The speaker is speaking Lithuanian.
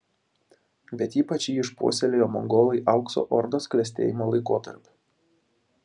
bet ypač jį išpuoselėjo mongolai aukso ordos klestėjimo laikotarpiu